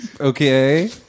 Okay